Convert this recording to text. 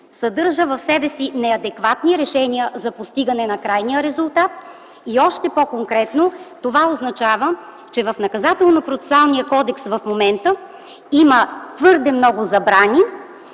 съдържа в себе си неадекватни решения за постигане на крайния резултат. Още по-конкретно, това означава, че в Наказателно-процесуалния кодекс в момента има твърде много забрани,